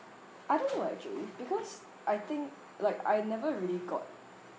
I don't know actually because I think like I never really got